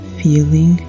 feeling